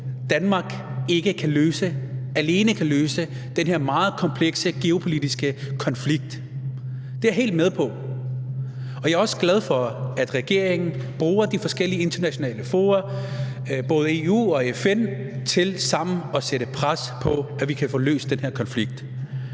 Danmark ikke alene kan løse den her meget komplekse geopolitiske konflikt. Det er jeg helt med på. Jeg er også glad for, at regeringen bruger de forskellige internationale fora, både EU og FN, til sammen at lægge pres, så vi kan få løst den her konflikt.